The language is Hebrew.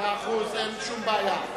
מאה אחוז, אין שום בעיה.